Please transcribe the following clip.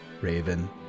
Raven